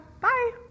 Bye